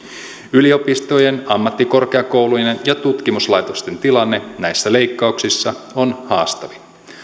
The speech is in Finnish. yliopistojen ammattikorkeakoulujen ja tutkimuslaitosten tilanne näissä leikkauksissa on haastavin